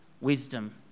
wisdom